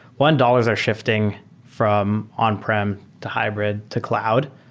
one, dollars are shifting from on-prem, to hybrid, to cloud.